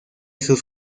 sus